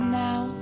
now